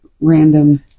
random